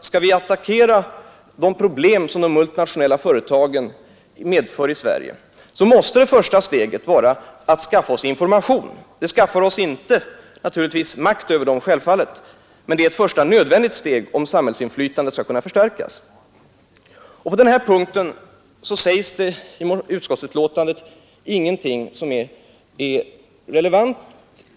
Skall vi attackera de problem som de multinationella företagen medför i Sverige, måste det första steget vara att vi skaffar oss information. Därmed skaffar vi oss inte makt över företagen, självfallet inte, men det är ett första nödvändigt steg, om samhällsinflytandet skall kunna förstärkas. På den här punkten sägs det i utskottsbetänkandet ingenting som är relevant